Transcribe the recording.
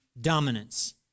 dominance